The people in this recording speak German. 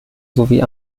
sowie